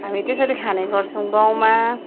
हामी त्यसरी खाने गर्छौँ गाउँमा